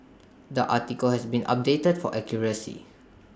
the article has been updated for accuracy